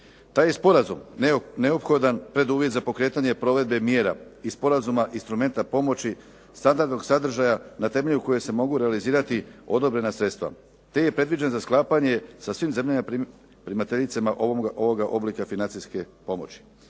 Taj je sporazum neophodan preduvjet za pokretanje provedbe mjera i sporazuma instrumenta pomoći standardnog sadržaja na temelju kojeg se mogu realizirati odobrena sredstva te je predviđen za sklapanje sa svim zemljama primateljicama ovoga oblika financijske pomoći.